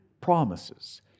promises